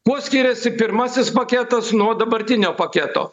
kuo skiriasi pirmasis paketas nuo dabartinio paketo